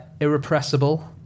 Irrepressible